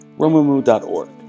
Romumu.org